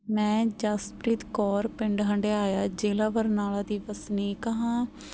ਮੈਂ ਜਸਪ੍ਰੀਤ ਕੌਰ ਪਿੰਡ ਹੰਡਿਆਇਆ ਜ਼ਿਲ੍ਹਾ ਬਰਨਾਲਾ ਦੀ ਵਸਨੀਕ ਹਾਂ